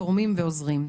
תורמים ועוזרים.